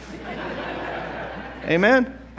Amen